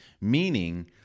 meaning